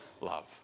love